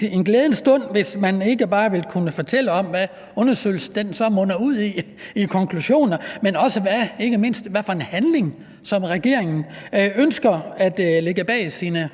en glædens stund, hvis man ikke bare vil kunne fortælle om, hvad undersøgelsen så munder ud i af konklusioner, men ikke mindst også, hvilken handling regeringen ønsker at lægge bag sine meget